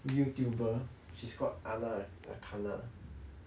YouTuber she's called anna as~ akana